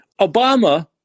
Obama